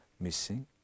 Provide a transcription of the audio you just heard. missing